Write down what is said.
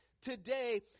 today